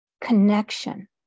connection